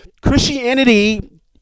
Christianity